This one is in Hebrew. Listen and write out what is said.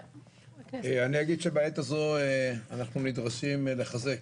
בעת הזאת אנחנו נדרשים לחזק